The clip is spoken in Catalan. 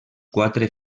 quatre